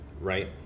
right